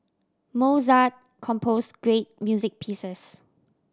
Mozart compose great music pieces